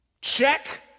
Check